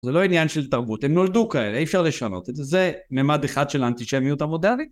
זה לא עניין של תרבות, הם נולדו כאלה, אי אפשר לשנות את זה. זה מימד אחד של האנטישמיות המודרנית.